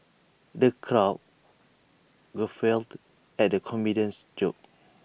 the crowd guffawed at the comedian's jokes